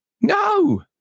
No